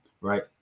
right